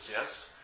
yes